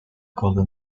golden